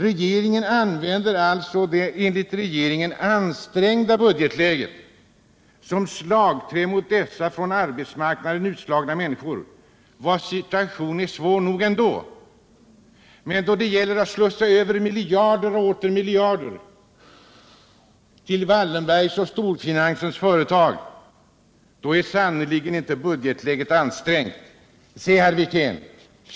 Regeringen använder alltså det enligt regeringen ”ansträngda budgetläget” som slagträ mot dessa från arbetsmarknaden utslagna människor vilkas situation är svår nog ändå. Men då det gäller att slussa över miljarder och åter miljarder till Wallenbergs och storfinansens företag är budgetläget sannerligen inte ansträngt.